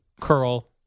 curl